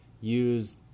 use